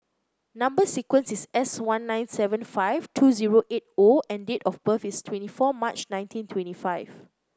number sequence is S one nine seven five two zero eight O and date of birth is twenty four March nineteen twenty five